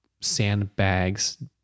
sandbags